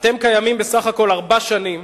אתם קיימים בסך הכול ארבע שנים,